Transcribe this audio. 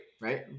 Right